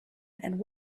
and